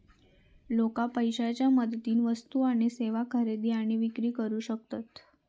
लोका पैशाच्या मदतीन वस्तू आणि सेवा खरेदी आणि विक्री करू शकतत